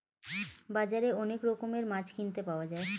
বাজারে অনেক রকমের মাছ কিনতে পাওয়া যায়